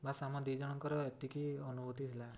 ବାସ୍ ଆମ ଦୁଇ ଜଣଙ୍କର ଏତିକି ଅନୁଭୂତି ଥିଲା